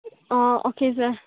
ah okay sir